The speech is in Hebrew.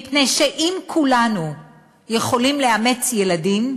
מפני שאם כולנו יכולים לאמץ ילדים,